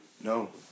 no